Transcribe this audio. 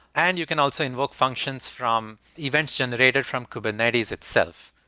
and you can also invoke functions from events generated from kubernetes itself.